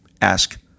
ask